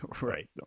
right